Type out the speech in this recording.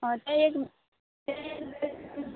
हय ते एक